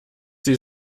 sie